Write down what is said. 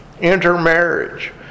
intermarriage